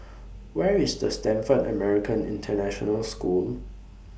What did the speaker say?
Where IS The Stamford American International School